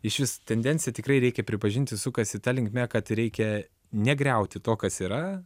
išvis tendencija tikrai reikia pripažinti sukasi ta linkme kad reikia negriauti to kas yra